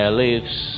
leaves